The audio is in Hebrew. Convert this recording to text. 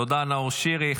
תודה, נאור שירי.